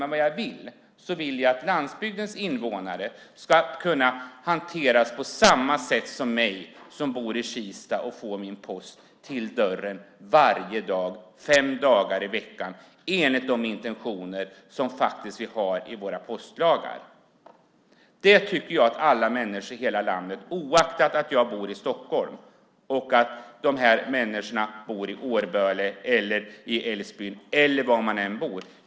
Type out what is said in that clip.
Men jag vill att landsbygdens invånare ska kunna hanteras på samma sätt som jag som bor i Kista och får min post till dörren varje dag, fem dagar i veckan, enligt de intentioner som finns i våra postlagar. Det tycker jag ska gälla alla människor i hela landet oaktat att jag bor i Stockholm och de här människorna i Årböle eller i Älvsbyn eller var det nu kan vara.